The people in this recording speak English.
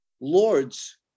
lords